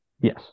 Yes